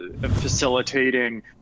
facilitating